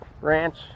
ranch